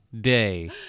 day